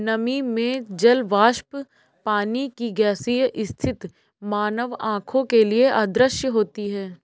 नमी में जल वाष्प पानी की गैसीय स्थिति मानव आंखों के लिए अदृश्य होती है